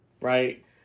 right